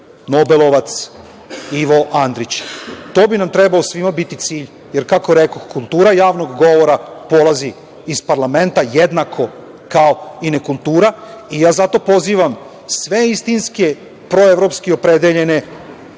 nobelovac, Ivo Andrić? To bi nam trebao svima biti cilj, jer kako rekoh, kultura javnog govora polazi iz parlamenta, jednako kao i nekultura. Zato pozivam sve istinski proevropski opredeljene